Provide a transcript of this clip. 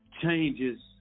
changes